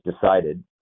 decided